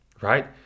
Right